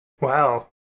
Wow